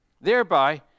Thereby